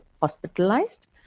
hospitalized